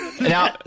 now